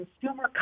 Consumer